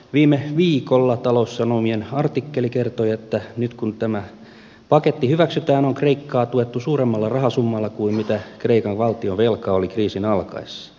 viime viikolla taloussanomien artikkeli kertoi että nyt kun tämä paketti hyväksytään on kreikkaa tuettu suuremmalla rahasummalla kuin mitä kreikan valtionvelka oli kriisin alkaessa